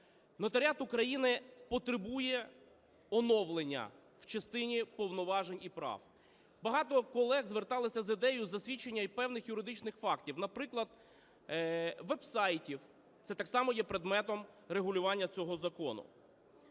Нотаріат України потребує оновлення в частині повноважень і прав. Багато колег звертались з ідеєю засвідчення і певних юридичних фактів, наприклад, вебсайтів. Це так само є предметом регулювання цього закону.